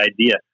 idea